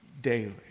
daily